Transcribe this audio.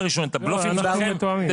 אנחנו מתואמים.